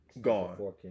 Gone